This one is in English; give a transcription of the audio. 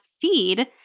feed